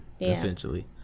essentially